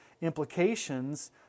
implications